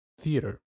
theater